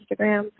Instagram